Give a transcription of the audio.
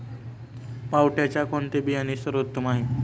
पावट्याचे कोणते बियाणे सर्वोत्तम आहे?